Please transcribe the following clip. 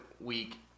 week